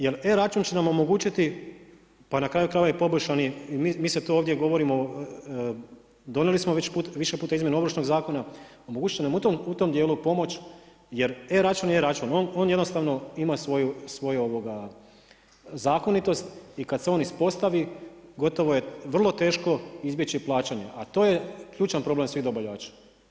Jer e-račun će nam omogućiti, pa na kraju krajeva i poboljšani, mi sad tu ovdje govorimo, donijeli smo više puta izmjene Ovršnog zakona, omogućiti će nam u tom dijelu pomoć jer e-račun je e-račun, on jednostavno ima svoju zakonitost i kada se on ispostavi gotovo je vrlo teško izbjeći plaćanje a to je ključan problem svih dobavljača.